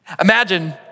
Imagine